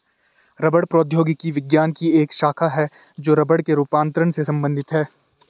रबड़ प्रौद्योगिकी विज्ञान की एक शाखा है जो रबड़ के रूपांतरण से संबंधित है